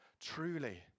truly